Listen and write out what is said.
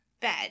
bed